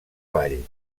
vall